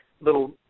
little